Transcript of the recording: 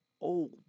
old